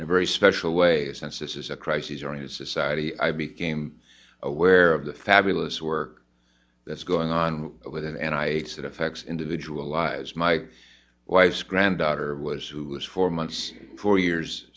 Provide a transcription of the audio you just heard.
a very special way since this is a crises oriented society i became aware of the fabulous work that's going on with it and i guess that affects individualize my wife's granddaughter was who was four months four years